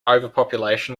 overpopulation